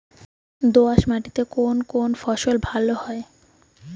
দোঁয়াশ মাটিতে কোন কোন ফসল ভালো হয়?